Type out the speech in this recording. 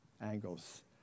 angles